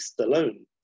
Stallone